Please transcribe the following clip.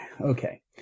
Okay